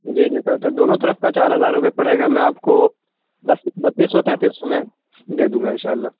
جی جی سر تو دونوں طرف کا چار ہزار روپے پڑے گا میں آپ کو بتیس سو تینتیس سو میں دے دوں گا انشاء اللہ